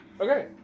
Okay